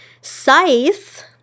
Scythe